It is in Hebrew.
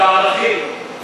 על הערכים.